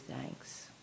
thanks